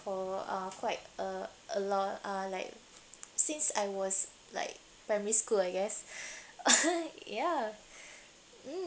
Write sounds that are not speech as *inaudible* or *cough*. for uh quite uh a lot uh like since I was like primary school I guess *laughs* ya